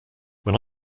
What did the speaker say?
when